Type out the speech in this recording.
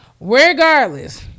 regardless